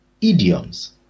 idioms